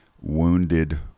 wounded